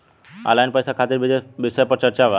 Online पैसा खातिर विषय पर चर्चा वा?